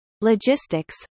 logistics